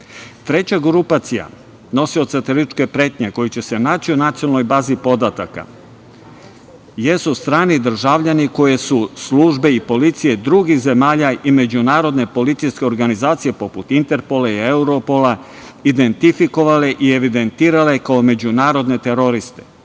grupacija nosioca terorističke pretnje koja će se naći u nacionalnoj bazi podataka jesu strani državljani koje su službe i policije drugih zemalja i međunarodne policijske organizacije, poput Interpola i Europola, identifikovale i evidentirale kao međunarodne teroriste.